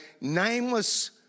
nameless